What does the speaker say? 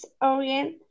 Orient